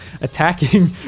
attacking